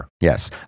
Yes